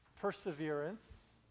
perseverance